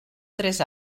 tres